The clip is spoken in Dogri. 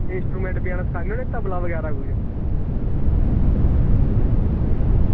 इंस्ट्रूमेंट बजाना सखाने होन्ने तबला बगैरा कोई